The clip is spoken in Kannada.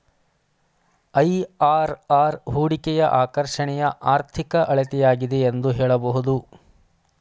ಐ.ಆರ್.ಆರ್ ಹೂಡಿಕೆಯ ಆಕರ್ಷಣೆಯ ಆರ್ಥಿಕ ಅಳತೆಯಾಗಿದೆ ಎಂದು ಹೇಳಬಹುದು